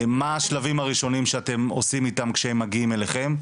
מה השלבים הראשונים שאתם עושים איתם כשהם מגיעים אליכם?